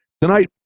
Tonight